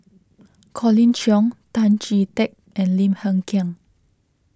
Colin Cheong Tan Chee Teck and Lim Hng Kiang